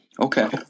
Okay